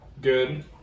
Good